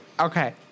Okay